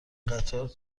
قطار